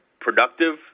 productive